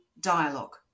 dialogue